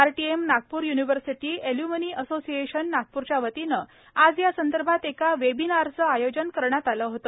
RTM Nagpur university alumni association नागप्रच्या वतीने आज या संदर्भात एका वेबिनारचं आयोजन केले होते